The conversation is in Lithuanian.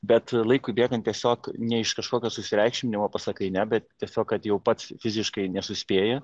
bet laikui bėgant tiesiog ne iš kažkokio susireikšminimo pasakai ne bet tiesiog kad jau pats fiziškai nesuspėji